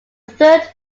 third